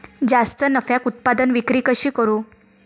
जास्त नफ्याक उत्पादन विक्री कशी करू?